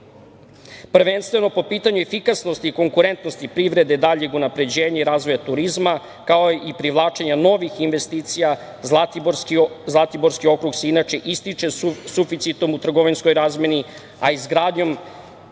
regije. Prvenstveno, po pitanju efikasnosti i konkurentnosti privrede i daljeg unapređenja i razvoja turizma, kao i privlačenja novih investicija Zlatiborski okrug se inače ističe suficitom u trgovinskoj razmeni, a izgradnjom